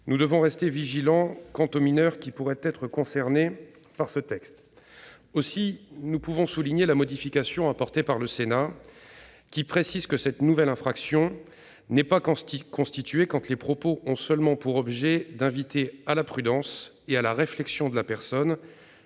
nous devons rester vigilants concernant les mineurs qui pourraient être concernés par ce texte. Je souligne la modification apportée par le Sénat, qui a précisé que cette nouvelle infraction n'est pas constituée quand les propos ont seulement pour objet d'inviter à la prudence et à la réflexion la personne